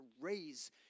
raise